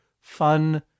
fun